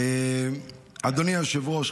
אדוני היושב-ראש,